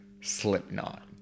Slipknot